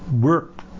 work